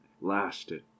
lasted